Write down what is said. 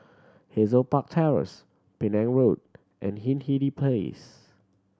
Hazel Park Terrace Penang Road and Hindhede Place